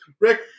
Rick